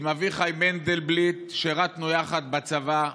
עם אביחי מנדלבליט שירתי יחד בצבא.